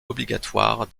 obligatoire